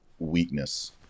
weakness